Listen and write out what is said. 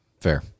fair